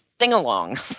sing-along